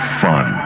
fun